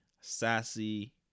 Sassy